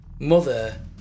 Mother